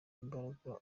imbagara